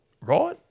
right